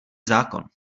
zákon